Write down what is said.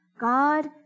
god